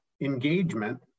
engagement